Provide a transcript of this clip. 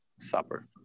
Supper